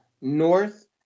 north